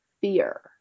fear